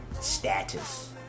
Status